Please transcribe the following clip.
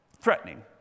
threatening